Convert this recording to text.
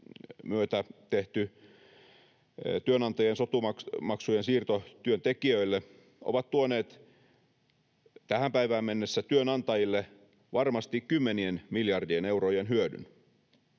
myötä tehty työnantajien sotu-maksujen siirto työntekijöille ovat tuoneet tähän päivään mennessä työnantajille varmasti kymmenien miljardien eurojen hyödyn.